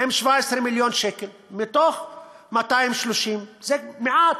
הוא 17 מיליון שקל מתוך 230. זה מעט.